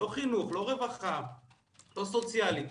לא חינוך, לא רווחה, לא סוציאלית.